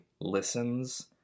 listens